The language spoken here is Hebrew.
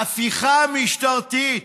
הפיכה משטרתית,